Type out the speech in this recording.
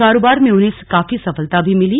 कारोबार में उन्हें काफी सफलता भी मिली